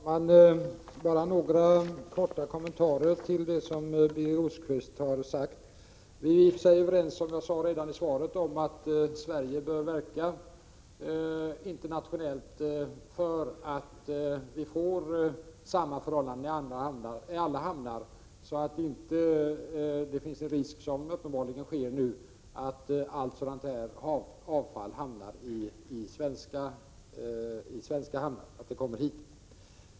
Herr talman! Bara några korta kommentarer till det som Birger Rosqvist sade. Vi är överens, som jag sade redan i svaret, om att Sverige bör verka internationellt för att vi skall få lika förhållanden i alla hamnar, så att det inte finns risk, som det uppenbarligen nu är, att allt sådant här avfall kommer till svenska hamnar.